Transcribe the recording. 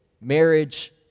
marriage